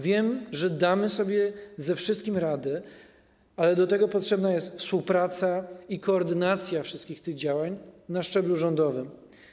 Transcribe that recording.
Wiem, że damy sobie ze wszystkim radę, ale do tego potrzebna jest współpraca i koordynacja tych wszystkich działań na szczeblu rządowym.